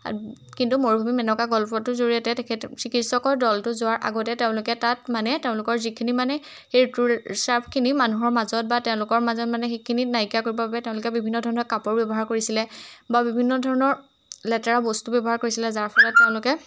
কিন্তু মৰুভূমিত মেনকা এনেকুৱা গল্পটোৰ জৰিয়তে তেখেত চিকিৎসকৰ দলটো যোৱাৰ আগতে তেওঁলোকে তাত মানে তেওঁলোকৰ যিখিনি মানে সেই ঋতুস্ৰাৱখিনি মানুহৰ মাজত বা তেওঁলোকৰ মাজত মানে সেইখিনিত নাইকিয়া কৰিব বাবে তেওঁলোকে বিভিন্ন ধৰণৰ কাপোৰ ব্যৱহাৰ কৰিছিলে বা বিভিন্ন ধৰণৰ লেতেৰা বস্তু ব্যৱহাৰ কৰিছিলে যাৰ ফলত তেওঁলোকে